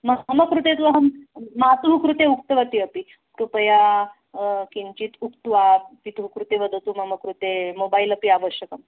म मम कृते तु अहं मातुः कृते उक्तवती अपि कृपया किञ्चित् उक्त्वा पितुः कृते वदतु मम कृते मोबैल् अपि आवश्यकम्